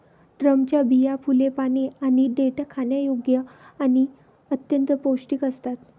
ड्रमच्या बिया, फुले, पाने आणि देठ खाण्यायोग्य आणि अत्यंत पौष्टिक असतात